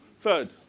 Third